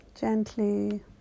gently